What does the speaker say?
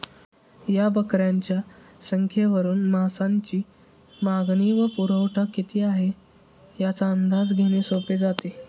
या बकऱ्यांच्या संख्येवरून मांसाची मागणी व पुरवठा किती आहे, याचा अंदाज घेणे सोपे जाते